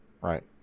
Right